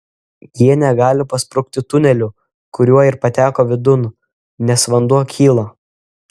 jie negali pasprukti tuneliu kuriuo ir pateko vidun nes vanduo kyla